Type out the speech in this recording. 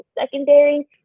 secondary